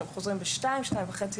שהם חוזרים הביתה בשתיים-שתיים וחצי,